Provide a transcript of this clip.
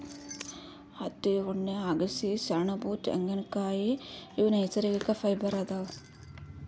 ಹತ್ತಿ ಉಣ್ಣೆ ಅಗಸಿ ಸೆಣಬ್ ತೆಂಗಿನ್ಕಾಯ್ ಇವ್ ನೈಸರ್ಗಿಕ್ ಫೈಬರ್ ಆಗ್ಯಾವ್